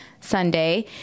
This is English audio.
Sunday